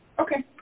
Okay